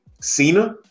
Cena